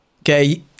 Okay